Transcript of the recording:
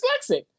dyslexic